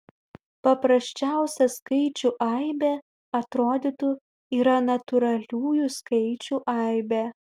paprasčiausia skaičių aibė atrodytų yra natūraliųjų skaičių aibė